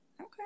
Okay